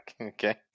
okay